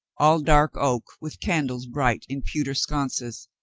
all dark oak, with candles bright in pewter sconces,